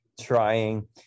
trying